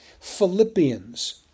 Philippians